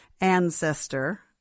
ancestor